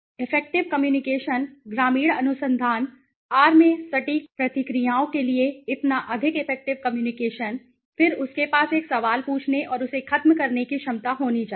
effective communication ग्रामीण अनुसंधान आर में सटीक प्रतिक्रियाओं के लिए इतना अधिक इफेक्टिव कम्युनिकेशन फिर उसके पास एक सवाल पूछने और उसे खत्म करने की क्षमता होनी चाहिए